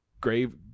Grave